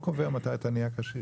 החוק קובע מתי אתה נהיה קשיש,